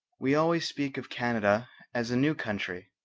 we always speak of canada as a new country.